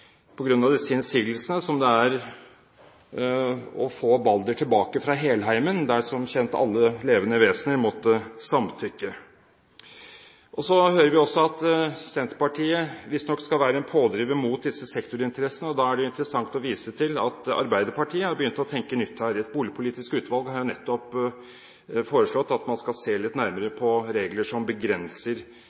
disse innsigelsene, som det er å få Balder tilbake fra Helheimen – der, som kjent, alle levende vesener måtte samtykke. Så hører vi også at Senterpartiet visstnok skal være en pådriver mot disse sektorinteressene, og da er det jo interessant å vise til at Arbeiderpartiet har begynt å tenke nytt her. Et boligpolitisk utvalg har nettopp foreslått at man skal se litt nærmere på regler som begrenser